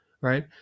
right